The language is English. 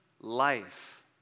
life